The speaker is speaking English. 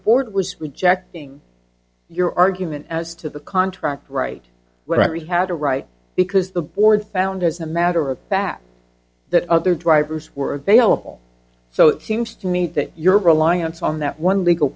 court was rejecting your argument as to the contract right when we had a right because the board found as a matter of fact that other drivers were available so it seems to me that your reliance on that one legal